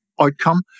outcome